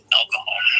alcohol